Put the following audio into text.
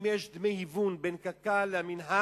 אם יש דמי היוון בין קק"ל למינהל,